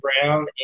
Brown